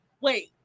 Wait